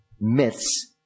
myths